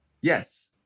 yes